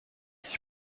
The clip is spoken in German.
ich